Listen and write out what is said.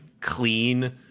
clean